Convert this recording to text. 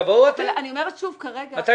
תבואו אתם מתי שתדעו.